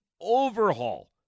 overhaul